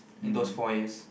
in those four years